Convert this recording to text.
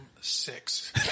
Six